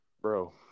Bro